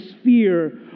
sphere